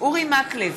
אורי מקלב,